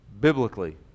biblically